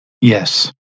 Yes